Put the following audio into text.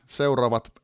seuraavat